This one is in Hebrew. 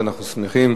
אנחנו שמחים.